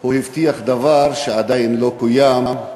הוא הבטיח דבר שעדיין לא קוים.